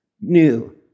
new